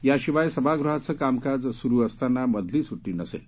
याशिवाय सभागृहांचं कामकाज सुरू असताना मधली सुट्टी नसेल